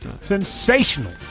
Sensational